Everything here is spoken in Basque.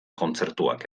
kontzertuak